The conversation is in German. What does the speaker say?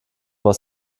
was